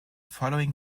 following